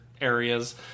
areas